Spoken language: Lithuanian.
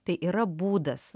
tai yra būdas